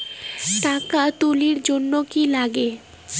টাকা তুলির জন্যে কি লাগে?